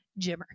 Jimmer